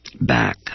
back